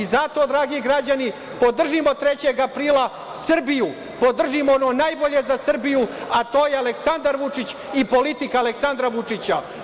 Zato, dragi građani, podržimo 3. aprila Srbiju, podržimo ono najbolje za Srbiju, a to je Aleksandar Vučić i politika Aleksandra Vučića.